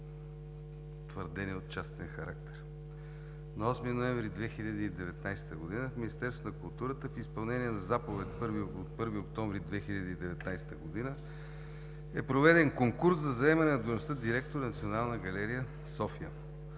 твърдения от частен характер. На 8 ноември 2019 г. в Министерството на културата, в изпълнение на заповед от 1 октомври 2019 г., е проведен конкурс за заемане на длъжността „Директор“ на Националната галерия – София.